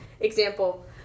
example